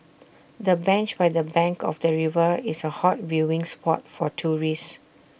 the bench by the bank of the river is A hot viewing spot for tourists